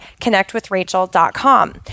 connectwithrachel.com